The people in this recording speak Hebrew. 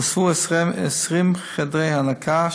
נוספו 20 חדרי הנקה,